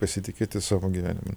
pasitikėti savo gyvenimu